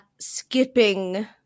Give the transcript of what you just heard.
skipping